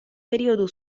periodo